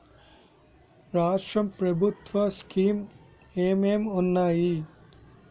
రాష్ట్రం ప్రభుత్వ స్కీమ్స్ ఎం ఎం ఉన్నాయి?